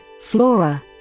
Flora